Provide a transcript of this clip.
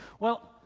well.